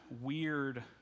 weird